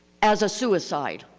as a suicide.